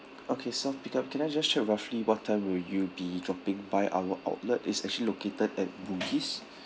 okay self pick up can I just check roughly what time will you be dropping by our outlet is actually located at bugis